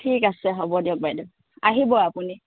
ঠিক আছে হ'ব দিয়ক বাইদেউ আহিব আপুনি